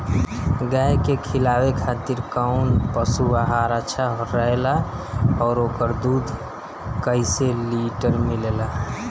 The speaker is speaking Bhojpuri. गाय के खिलावे खातिर काउन पशु आहार अच्छा रहेला और ओकर दुध कइसे लीटर मिलेला?